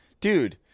dude